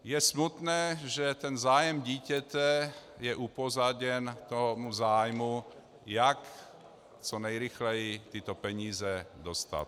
Je smutné, že zájem dítěte je upozaděn tomu zájmu, jak co nejrychleji tyto peníze dostat.